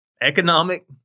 economic